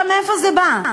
עכשיו, מאיפה זה בא?